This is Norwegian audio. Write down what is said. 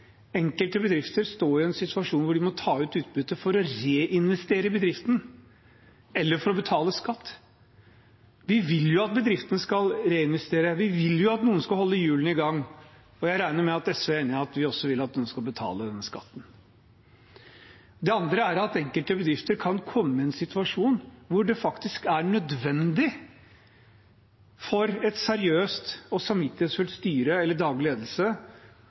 enkelte bedrifter står i en situasjon hvor de må ta ut utbytte for å reinvestere i bedriften eller for å betale skatt. Vi vil jo at bedriftene skal reinvestere. Vi vil jo at noen skal holde hjulene i gang. Jeg regner med at SV er enig i at vi også vil at man skal betale denne skatten. Det andre er at enkelte bedrifter kan komme i en situasjon hvor det faktisk er nødvendig for et seriøst og samvittighetsfullt styre eller daglig ledelse